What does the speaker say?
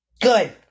Good